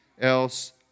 else